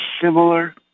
similar